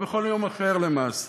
ובכל יום אחר למעשה.